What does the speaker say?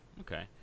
Okay